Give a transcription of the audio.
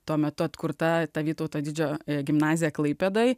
tuo metu atkurta ta vytauto didžiojo gimnazija klaipėdai